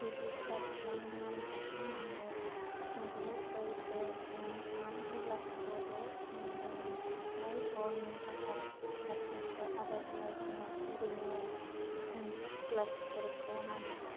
register खालामखानाय जानबुं number गु ब्रै से स्नि थाम लाथिख' द स्नि दाइन नै द'नि थाखाय गासैबो आरजलाइ होनाय रिनिवेल स्क'लारसिपफोरखौ नागिर